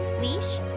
leash